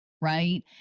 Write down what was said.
Right